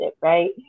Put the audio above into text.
right